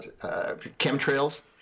chemtrails